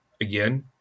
Again